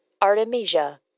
Artemisia